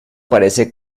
parece